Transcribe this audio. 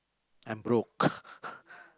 I'm broke